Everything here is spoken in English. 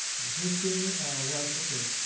the first thing was okay,